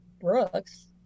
Brooks